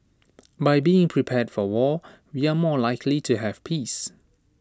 by being prepared for war we are more likely to have peace